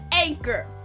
anchor